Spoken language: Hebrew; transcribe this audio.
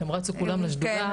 הם רצו כולם לשדולה,